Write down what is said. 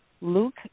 Luke